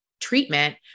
treatment